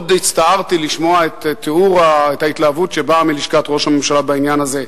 מאוד הצטערתי לשמוע את ההתלהבות שבאה מלשכת ראש הממשלה בעניין הזה.